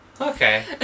Okay